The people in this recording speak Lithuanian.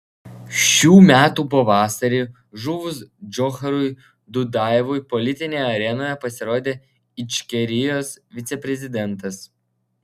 šių metų pavasarį žuvus džocharui dudajevui politinėje arenoje pasirodė ičkerijos viceprezidentas